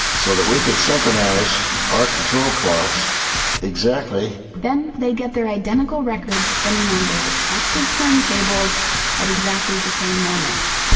so that we could synchronize our control clocks exactly then they get their identical records spinning on their respective turntables at exactly the same moment